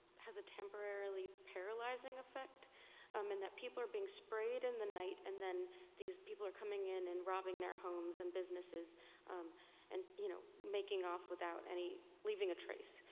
has a temporarily paralyzing effect um and that people are being sprayed in the night and then these people are coming in and robbing their homes and businesses and you know making off without any, leaving a trace.